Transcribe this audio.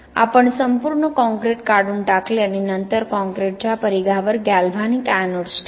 आपण संपूर्ण काँक्रीट काढून टाकले आणि नंतर काँक्रीटच्या परिघावर गॅल्व्हॅनिक एनोड्स ठेवले